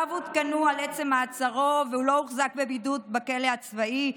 והוריו עודכנו על עצם מעצרו והוא לא הוחזק בבידוד בכלא הצבאי,